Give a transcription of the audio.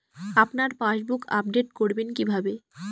আপনার passbook update করবেন কিভাবে?